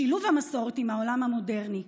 שילוב המסורת עם העולם המודרני.